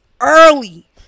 early